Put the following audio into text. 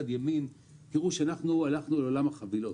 תראו שאנחנו הלכנו לעולם החבילות.